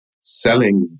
selling